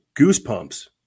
goosebumps